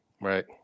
right